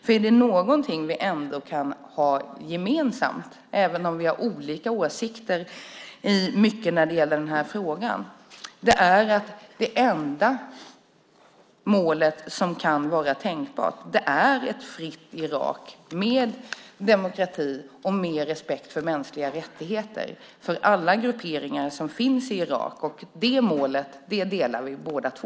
Är det något vi kan ha gemensamt även om vi har olika åsikter i mycket i den här frågan är det att det enda tänkbara målet är ett fritt Irak med demokrati och respekt för mänskliga rättigheter för alla grupperingar som finns i Irak. Det målet delar vi båda två.